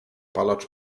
palacz